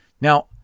Now